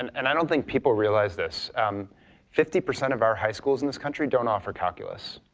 and and i don't think people realize this um fifty percent of our high schools in this country don't offer calculus.